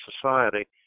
society